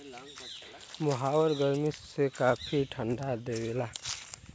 मोहायर गरमी में काफी ठंडा देवला